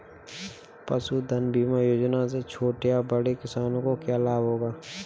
पशुधन बीमा योजना से छोटे या बड़े किसानों को क्या लाभ होगा?